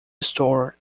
store